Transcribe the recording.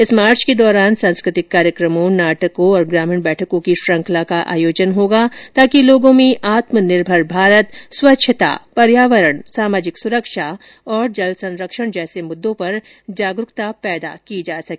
इस मार्च के दौरान सांस्कृतिक कार्यक्रमों नाटकों और ग्रामीण बैठकों की श्रंखला का आयोजन किया जाएगा ताकि लोगों में आत्मनिर्भर भारत स्वच्छता पर्यावरण सामाजिक सुरक्षा और जल संरक्षण जैसे मुद्दों पर जागरूकता पैदा की जा सके